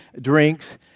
drinks